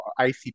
ICP